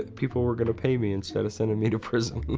people were gonna pay me instead of sending me to prison.